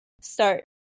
start